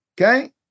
Okay